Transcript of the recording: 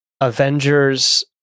Avengers